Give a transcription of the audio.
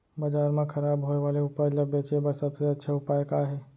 बाजार मा खराब होय वाले उपज ला बेचे बर सबसे अच्छा उपाय का हे?